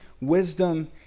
wisdom